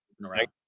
Right